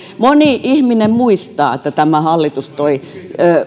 moni ihminen muistaa että tämä hallitus toi